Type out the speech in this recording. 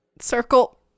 Circle